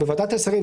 בוועדת השרים,